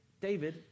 David